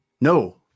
No